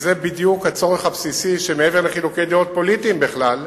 וזה בדיוק הצורך הבסיסי שמעבר לחילוקי דעות פוליטיים בכלל.